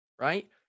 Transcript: right